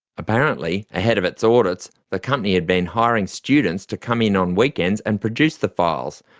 apparently ahead of its audits the company had been hiring students to come in on weekends and produce the files,